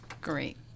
Great